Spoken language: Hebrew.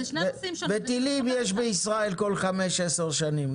וטילים יש בישראל כל חמש-עשר שנים,